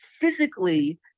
physically